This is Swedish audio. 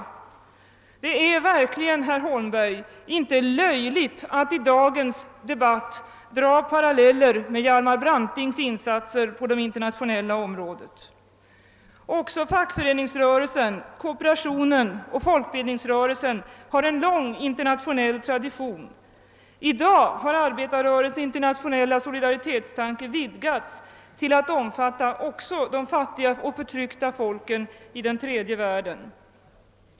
Det är verkligen, herr Holmberg, inte löjligt att i dagens debatt dra paralleller med Hjalmar Brantings insatser på det internationella området. Även fackföreningsrörelsen, kooperationen och folkbildningsrörelsen har en lång internationell tradition. I dag har arbetarrörelsens internationella solidaritetstanke vidgats till att omfatta också de fattiga och förtryckta folken i den s.k. tredje världen.